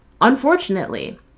unfortunately